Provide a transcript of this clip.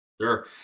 Sure